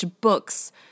books